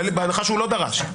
בהנחה שהוא לא דרש.